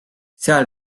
seal